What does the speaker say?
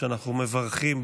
שאנחנו מברכים,